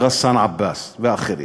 גסאן עבאס ואחרים.